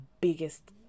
biggest